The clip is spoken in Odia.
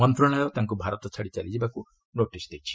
ମନ୍ତ୍ରଣାଳୟ ତାଙ୍କୁ ଭାରତ ଛାଡ଼ି ଚାଲିଯିବାକୁ ନୋଟିସ୍ ଦେଇଛି